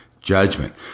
judgment